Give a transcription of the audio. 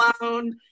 alone